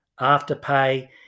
Afterpay